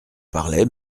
parlait